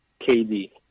KD